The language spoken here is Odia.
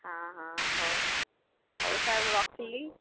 ହଁ ହଁ ହେଉ ହେଉ ସାର୍ ମୁଁ ରଖିଲି